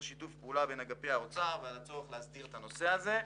שיתוף הפעולה בין אגפי האוצר ועל הצורך להסדיר נושא זה.